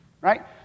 Right